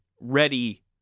ready